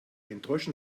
enttäuschen